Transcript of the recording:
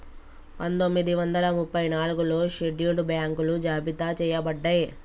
పందొమ్మిది వందల ముప్పై నాలుగులో షెడ్యూల్డ్ బ్యాంకులు జాబితా చెయ్యబడ్డయ్